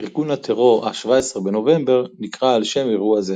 ארגון הטרור, ה-17 בנובמבר, נקרא על שם אירוע זה.